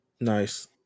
Nice